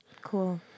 Cool